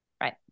Right